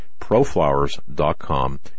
Proflowers.com